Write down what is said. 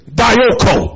dioko